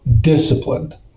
disciplined